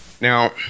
Now